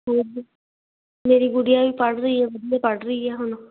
ਹੋਰ ਮੇਰੀ ਗੁੜੀਆ ਵੀ ਪੜ੍ਹ ਰਹੀ ਹੈ ਪੜ੍ਹ ਰਹੀ ਹੈ ਹੁਣ